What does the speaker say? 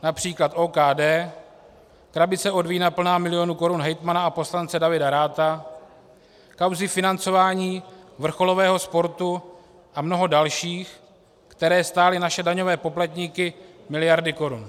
Například OKD, krabice od vína plná milionů korun hejtmana a poslance Davida Ratha, kauzy financování vrcholového sportu a mnoho dalších, které stály naše daňové poplatníky miliardy korun.